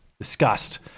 disgust